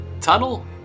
tunnel